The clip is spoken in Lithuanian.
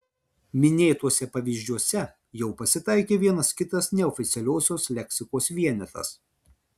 minėtuose pavyzdžiuose jau pasitaikė vienas kitas neoficialiosios leksikos vienetas